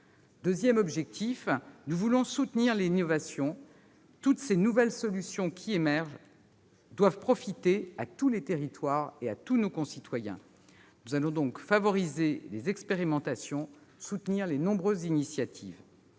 Deuxième objectif, nous voulons soutenir l'innovation : toutes ces nouvelles solutions qui émergent doivent profiter à tous les territoires et à tous nos concitoyens. Nous allons donc favoriser les expérimentations et soutenir les nombreuses initiatives.